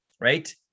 right